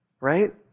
Right